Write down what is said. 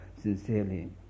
sincerely